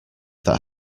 that